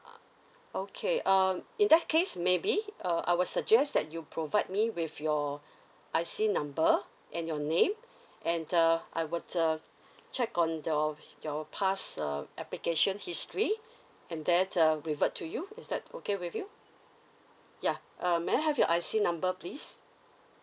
uh okay um in that case maybe uh I would suggest that you provide me with your I_C number and your name and uh I will uh check on your your past uh application history and then uh revert to you is that okay with you ya uh may I have your I_C number please